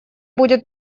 будет